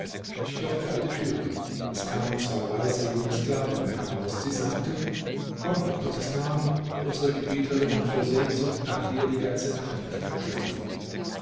ich klopfte an die türe es kamen zwei weiße junge sklavinnen heraus sie sagten komm in gottes namen unsere gebieterin hat vor sehnsucht nach dir die ganze nacht nicht geschlafen